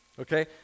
Okay